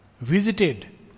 visited